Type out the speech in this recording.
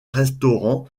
restaurants